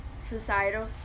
societal